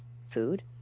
food